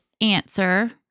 answer